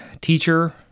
teacher